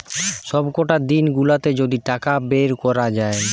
সবকটা দিন গুলাতে যদি টাকা বের কোরা যায়